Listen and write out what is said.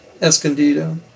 Escondido